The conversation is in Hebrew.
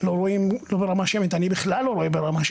לא רואים ברמה שמית.